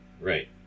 Right